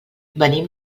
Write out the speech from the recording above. venim